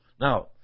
Now